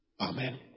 Amen